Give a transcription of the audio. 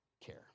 care